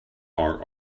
are